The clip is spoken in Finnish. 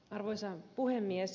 arvoisa puhemies